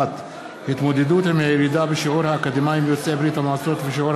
1. התמודדות עם הירידה בשיעור האקדמאים יוצאי ברית-המועצות ושיעור